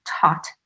taught